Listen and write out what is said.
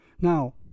Now